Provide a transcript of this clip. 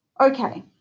Okay